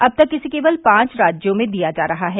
अब तक इसे केवल पांच राज्यों में दिया जा रहा है